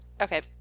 Okay